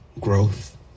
growth